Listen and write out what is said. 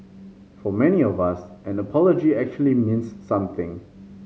for many of us an apology actually means something